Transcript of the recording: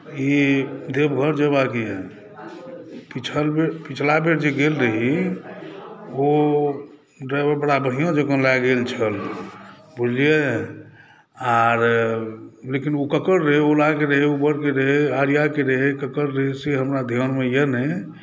ई देवघर जयबाक अहि पिछले बेर जे गेल रही ओ ड्राइवर बरा बढ़िऑं जकाँ लए गेल छल बुझलियै आर लेकिन ओ ककर रहै ओलाके रहै उबरके रहै आर्याके रहै ककर रहै से हमरा ध्यानमे अहि नहि